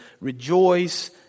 Rejoice